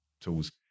tools